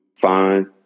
fine